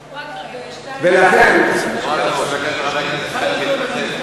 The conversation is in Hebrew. חבר הכנסת, צריך להתנצל.